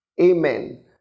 Amen